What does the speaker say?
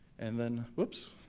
and then, whoops.